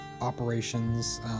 operations